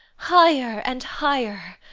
higher and higher!